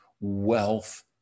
wealth